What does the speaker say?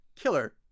killer